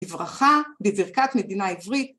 בברכה בברכת מדינה עברית